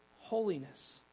holiness